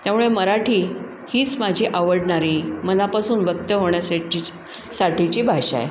त्यामुळे मराठी हीच माझी आवडणारी मनापासून व्यक्त होण्यासाची साठीची भाषा आहे